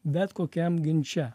bet kokiam ginče